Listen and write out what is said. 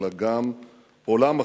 אלא גם עולם אחר,